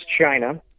China